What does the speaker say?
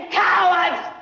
cowards